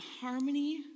harmony